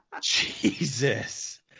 Jesus